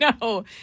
No